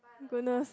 goodness